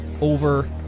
over